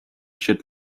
should